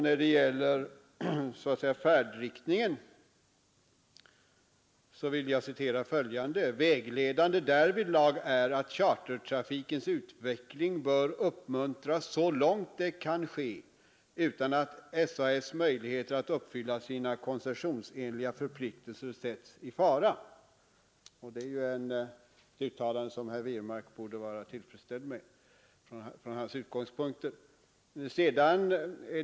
När det gäller färdriktningen vill jag citera följande: ”Vägledande därvidlag är att chartertrafikens utveckling bör uppmuntras så långt det kan ske utan att SAS:s möjligheter att uppfylla sina koncessionsenliga förpliktelser sätts i fara.” Detta uttalande borde herr Wirmark från sina utgångspunkter vara tillfredsställd med.